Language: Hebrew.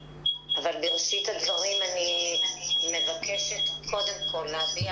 בראשית הדברים אני מבקשת קודם כול להביע